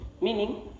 meaning